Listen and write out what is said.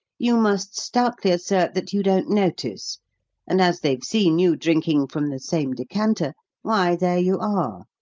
you must stoutly assert that you don't notice and, as they've seen you drinking from the same decanter why, there you are.